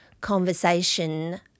conversation